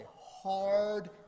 hard